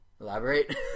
elaborate